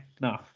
no